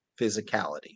physicality